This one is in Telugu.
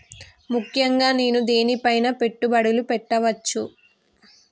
ముఖ్యంగా నేను దేని పైనా పెట్టుబడులు పెట్టవచ్చు?